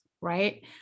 right